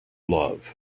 love